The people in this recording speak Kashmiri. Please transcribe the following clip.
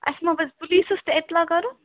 اَسہِ ما پَزِ پُلیٖسَس تہِ اطلاع کَرُن